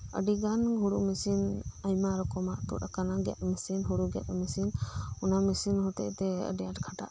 ᱟᱹᱰᱤᱜᱟᱱ ᱦᱳᱲᱳ ᱢᱮᱥᱤᱱ ᱟᱭᱢᱟ ᱨᱚᱠᱚᱢᱟᱜ ᱛᱳᱫ ᱟᱠᱟᱱᱟ ᱜᱮᱫ ᱢᱮᱥᱤᱱ ᱦᱳᱲᱳᱜᱮᱫ ᱢᱮᱥᱤᱱ ᱚᱱᱟ ᱢᱮᱥᱤᱱ ᱦᱚᱛᱮ ᱛᱮ ᱟᱹᱰᱤ ᱟᱴ ᱠᱷᱟᱴᱟᱜ ᱠᱚ